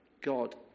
God